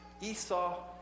Esau